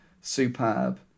superb